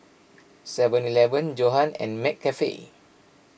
Seven Eleven Johan and McCafe